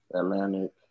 Atlantic